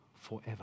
forever